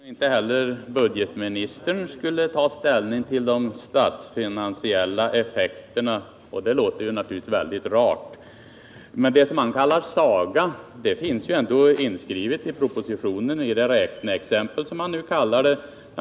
Herr talman! Inte heller budgetministern skulle ta ställning till de statsfinansiella effekterna, och det låter naturligtvis väldigt rart. Men det som budgetministern benämner saga finns ändå inskrivet i propositionen i det som han nu kallar ett räkneexempel.